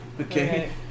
Okay